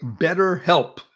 BetterHelp